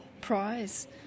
prize